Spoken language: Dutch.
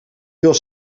veel